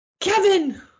Kevin